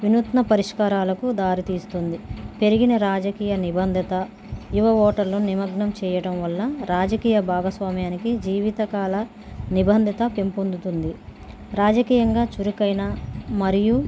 వినూత్న పరిష్కారాలకు దారితీస్తుంది పెరిగిన రాజకీయ నిబంధత యువవోటర్లు నిమగ్నం చేయటం వల్ల రాజకీయ భాగస్వామయానికి జీవితకాల నిబంధిత పెంపొందుతుంది రాజకీయంగా చురుకైన మరియు